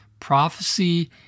prophecy